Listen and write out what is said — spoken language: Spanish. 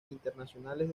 internacionales